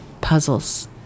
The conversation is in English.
Puzzles